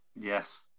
yes